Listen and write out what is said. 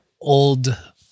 old